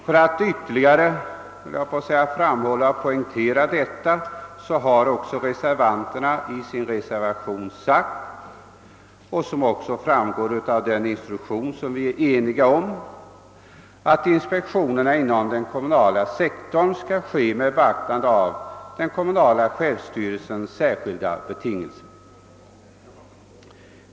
För att ytterligare poängtera detta har också reservanterna sagt — det framgår även av den instruktion som vi inte har några delade meningar om — att inspektioner na inom den kommunala sektorn skall ske med beaktande av den kommunala självstyrelsens särskilda betingelser.